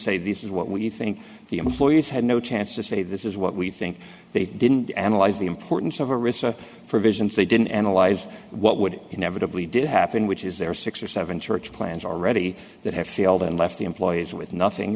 say this is what we think the employees had no chance to say this is what we think they didn't analyze the importance of a risk for visions they didn't analyze what would inevitably did happen which is there are six or seven church plans already that have failed and left the employees with nothing